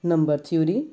number theory